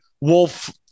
Wolf